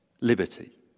liberty